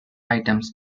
items